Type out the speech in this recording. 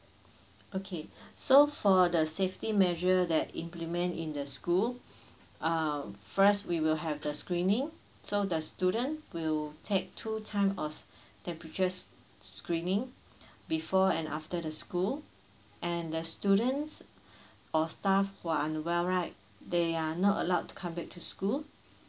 okay so for the safety measure that implement in the school uh first we will have the screening so the student will take two time of temperatures screening before and after the school and the students or staff who are unwell right they are not allowed to come back to school